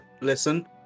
Listen